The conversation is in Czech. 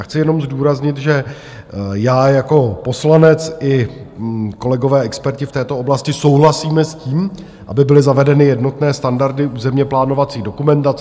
Chci jenom zdůraznit, že já jako poslanec i kolegové experti v této oblasti souhlasíme s tím, aby byly zavedeny jednotné standardy územněplánovací dokumentace.